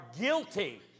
guilty